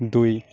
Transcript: দুই